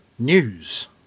News